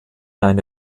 eine